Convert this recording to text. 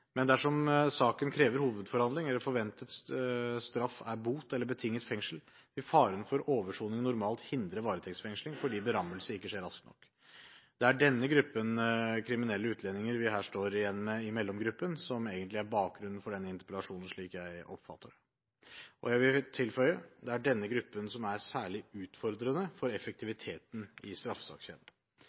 Men dersom saken krever hovedforhandling, eller forventet straff er bot eller betinget fengsel, vil faren for oversoning normalt hindre varetektsfengsling, fordi berammelse ikke skjer rakt nok. Det er denne gruppen kriminelle utlendinger vi her står igjen med i mellomgruppen, som egentlig er bakgrunnen for denne interpellasjonen – slik jeg oppfatter det. Jeg vil tilføye: Det er denne gruppen som er særlig utfordrende for effektiviteten i